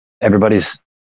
everybody's